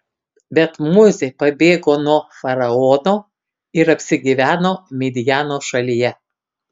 bet mozė pabėgo nuo faraono ir apsigyveno midjano šalyje